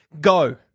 Go